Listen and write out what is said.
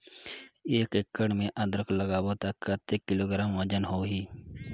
एक एकड़ मे अदरक लगाबो त कतेक किलोग्राम वजन होही?